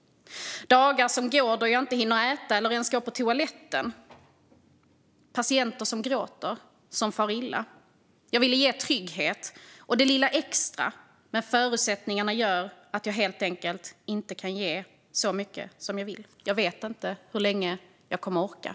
Dagar som går då jag inte hinner äta eller ens gå på toaletten. Patienter som gråter, som far illa. Jag ville ge trygghet, och det lilla extra. Men förutsättningarna gör att jag helt enkelt inte kan ge så mycket som jag vill. Jag vet inte hur länge jag kommer att orka.